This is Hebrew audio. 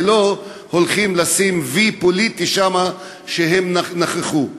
ולא הולכים לשים "וי" פוליטי שהם נכחו שם.